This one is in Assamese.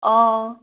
অ